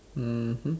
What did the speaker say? mmhmm